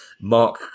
Mark